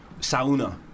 Sauna